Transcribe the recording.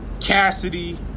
Cassidy